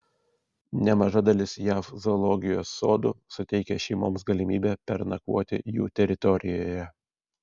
nemaža dalis jav zoologijos sodų suteikia šeimoms galimybę pernakvoti jų teritorijoje